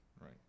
Right